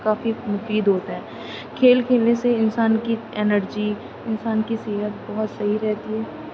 کافی مفید ہوتے ہیں کھیل کھیلنے سے انسان کی انرجی انسان کی صحت بہت صحیح رہتی ہے